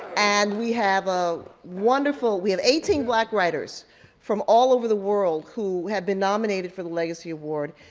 and we have a wonderful we have eighteen black writers from all over the world who had been nominated for the legacy award,